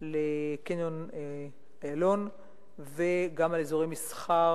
לקניון אילון וגם ליד אזורי מסחר,